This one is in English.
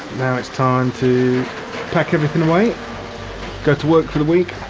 now it's time to pack everything away go to work for the week,